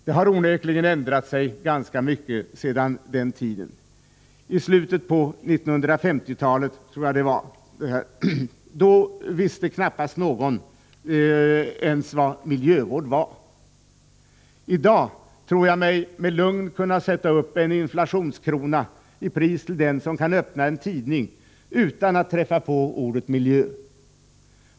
Det har onekligen ändrat sig ganska mycket sedan denna tid i slutet på 1950-talet. Då visste knappast någon ens vad miljövård var. I dag tror jag mig med lugn kunna sätta upp en inflationskrona i pris till den som kan öppna en tidning utan att träffa på ordet miljö.